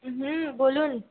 হুম বলুন